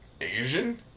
Asian